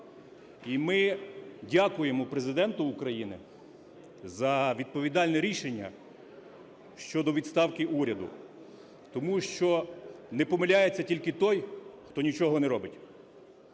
І ми дякуємо Президенту України за відповідальне рішення щодо відставки уряду. Тому що не помиляється тільки той, хто нічого не робить.